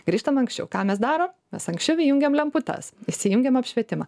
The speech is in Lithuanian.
grįžtama anksčiau ką mes darom mes anksčiau įjungiam lemputes įsijungiam apšvietimą